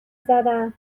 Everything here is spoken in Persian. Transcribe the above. زدم